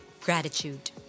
gratitude